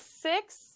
six